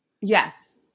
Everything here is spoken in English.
Yes